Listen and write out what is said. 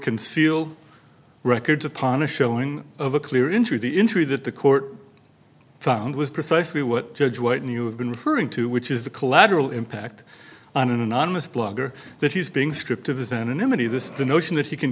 seal records upon a showing of a clear into the interest that the court found was precisely what judge white and you have been referring to which is the collateral impact on an anonymous blogger that he's being stripped of his anonymity this notion that he can